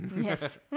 Yes